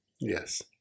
Yes